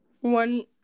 one